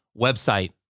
website